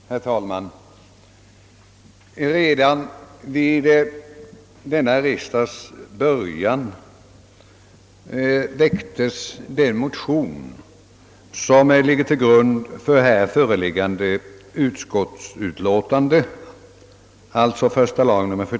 Herr talman! Redan vid denna riksdags början väcktes den motion som ligger till grund för här föreliggande utlåtande.